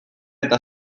eta